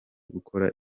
gukora